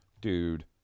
dude